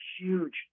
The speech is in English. huge